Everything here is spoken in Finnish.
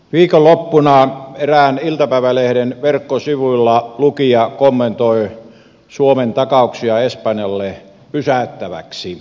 viikonloppuna erään iltapäivälehden verkkosivuilla lukija kommentoi suomen takauksia espanjalle pysäyttävästi